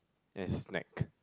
as snack